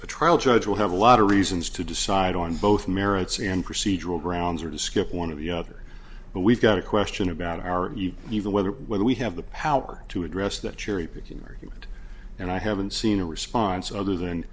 will have a lot of reasons to decide on both merits and procedural grounds or to skip one of the other but we've got a question about are you even whether whether we have the power to address that cherry picking argument and i haven't seen a response other than